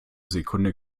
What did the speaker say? sekunde